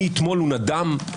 מאתמול הוא נדם.